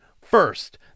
First